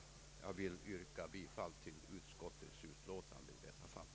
Jag vill yrka bifall till utskottets hemställan.